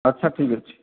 ଆଚ୍ଛା ଠିକ୍ ଅଛି